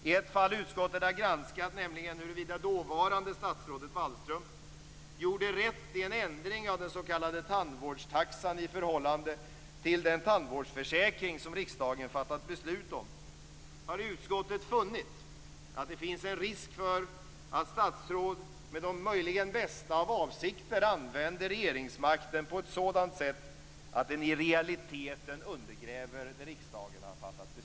I ett fall som utskottet har granskat, nämligen huruvida dåvarande statsrådet Wallström gjorde rätt i en ändring av den s.k. tandvårdstaxan i förhållande till den tandvårdsförsäkring som riksdagen fattat beslut om, har utskottet funnit att det finns en risk för att statsråd med de möjligen bästa av avsikter använder regeringsmakten på ett sådant sätt att den i realiteten undergräver det riksdagen har fattat beslut om.